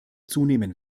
zunehmen